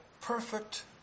perfect